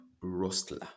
rustler